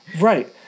Right